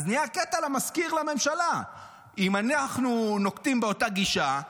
אז נהיה קטע למזכיר לממשלה: אם אנחנו נוקטים באותה גישה,